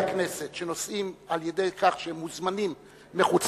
הכנסת שנוסעים על-ידי כך שהם מוזמנים לחו"ל,